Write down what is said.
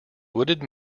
wooded